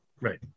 right